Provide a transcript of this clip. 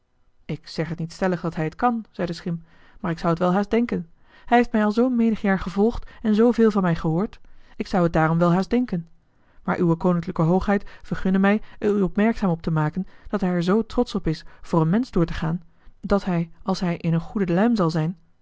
ik zeg het niet stellig dat hij het kan zei de schim maar ik zou het wel haast denken hij heeft mij al zoo menig jaar gevolgd en zoo veel van mij gehoord ik zou het daarom wel haast denken maar uwe koninklijke hoogheid vergunne mij er u opmerkzaam op te maken dat hij er zoo trotsch op is voor een mensch door te gaan dat hij als hij in een goede luim zal zijn